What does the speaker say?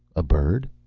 a bird?